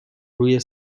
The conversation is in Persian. روی